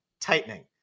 tightening